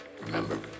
Remember